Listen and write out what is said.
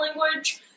language